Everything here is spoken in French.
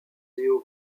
néo